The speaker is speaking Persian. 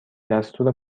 دستور